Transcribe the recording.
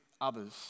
others